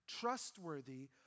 trustworthy